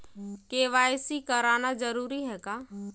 KYC कराना जरूरी है का?